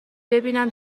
ببینم